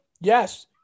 Yes